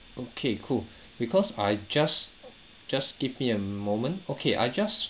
okay cool because I just just give me a moment okay I just